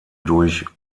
durch